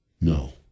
No